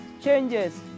changes